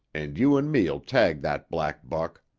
and you and me'll tag that black buck.